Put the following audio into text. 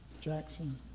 Jackson